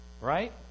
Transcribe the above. Right